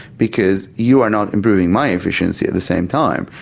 because you are not improving my efficiency at the same time,